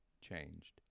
changed